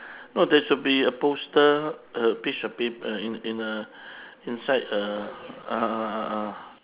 no there should be a poster a piece of pap~ uh in in a inside ah ah ah ah